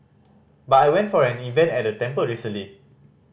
but I went for an event at a temple recently